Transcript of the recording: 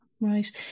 Right